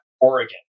Oregon